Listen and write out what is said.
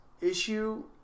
issue